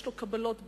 יש לו קבלות בכותל.